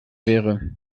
wäre